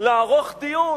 לערוך דיון